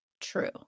true